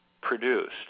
produced